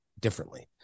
differently